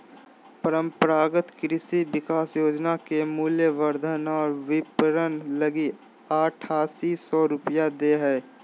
परम्परागत कृषि विकास योजना के मूल्यवर्धन और विपरण लगी आठासी सौ रूपया दे हइ